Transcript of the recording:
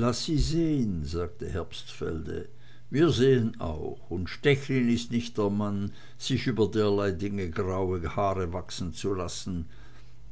laß sie sehn sagte herbstfelde wir sehen auch und stechlin ist nicht der mann sich über derlei dinge graue haare wachsen zu lassen